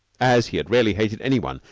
as he had rarely hated any one,